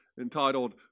entitled